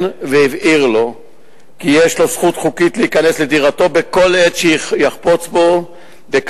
והבהיר לו כי יש לו זכות חוקית להיכנס לדירתו בכל עת שיחפוץ בכך,